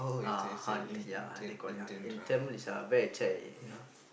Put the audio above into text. uh they call it Han~ in Tamil it's you know